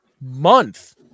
month